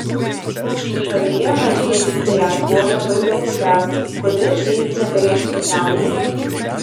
jūsų šalyje mažieji fiat buvo labai populiarūs kodėl jais nebelenktyniaujate